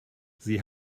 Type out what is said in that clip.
sie